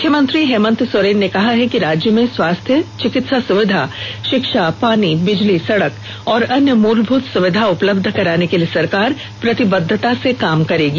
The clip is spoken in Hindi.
मुख्यमंत्री हेमन्त सोरेन ने कहा है कि राज्य में स्वास्थ्य चिकित्सा सुविधा शिक्षा पानी बिजली सड़क और अन्य मूलभूत सुविधा उपलब्ध कराने के लिए सरकार प्रतिबद्धता से काम करेगी